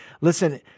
Listen